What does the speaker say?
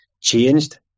changed